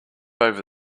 over